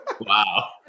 Wow